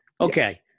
Okay